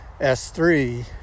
S3